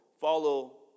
follow